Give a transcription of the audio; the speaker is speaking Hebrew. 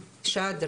שד,